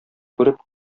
күреп